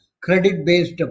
credit-based